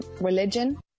religion